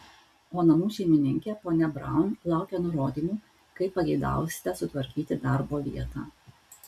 o namų šeimininkė ponia braun laukia nurodymų kaip pageidausite sutvarkyti darbo vietą